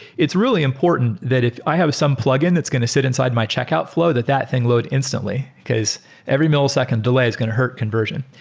it's really important that if i have some plug-in that's going to sit inside my checkout flow that that thing load instantly, because every millisecond delay is going to hurt conversion.